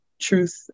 truth